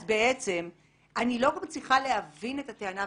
אז בעצם אני לא מצליחה להבין את הטענה,